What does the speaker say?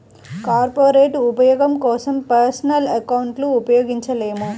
corporate ఉపయోగం కోసం personal అకౌంట్లను ఉపయోగించలేము